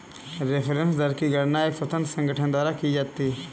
reference दर की गणना एक स्वतंत्र संगठन द्वारा की जाती है